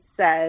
says